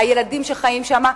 הילדים שחיים שם,